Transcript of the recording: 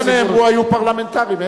דבריך נאמרו, והיו פרלמנטריים.